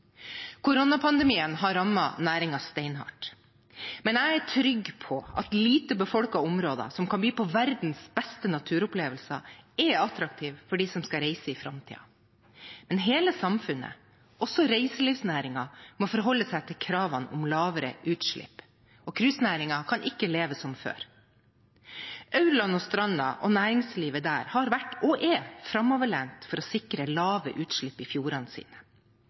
Koronapandemien har rammet næringen steinhardt, men jeg er trygg på at lite befolkede områder som kan by på verdens beste naturopplevelser, er attraktive for dem som skal reise i framtiden. Men hele samfunnet, også reiselivsnæringen, må forholde seg til kravene om lavere utslipp, og cruisenæringen kan ikke leve som før. Aurland og Stranda og næringslivet der har vært og er framoverlent for å sikre lave utslipp i fjordene sine.